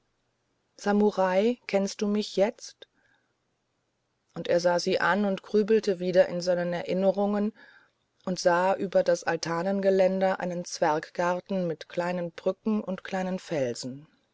samurai kennst du mich jetzt und er sah sie an und grübelte wieder in seinen erinnerungen und sah über das altanengeländer einen zwerggarten mit kleinen brücken und kleinen felsen